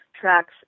tracks